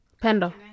Panda